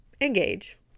engage